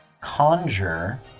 conjure